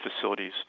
facilities